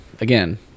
again